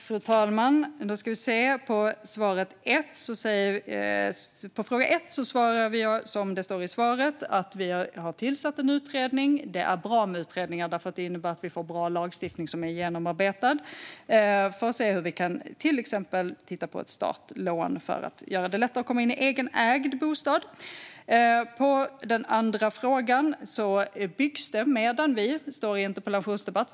Fru talman! På den första frågan var mitt svar att vi har tillsatt en utredning för att till exempel titta på ett startlån för att göra det lättare att komma in i egenägd bostad. Det är bra med utredningar därför att de innebär att vi kan få en bra och genomarbetad lagstiftning. På den andra frågan kan jag säga att det byggs medan vi står här i en interpellationsdebatt.